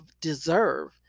deserve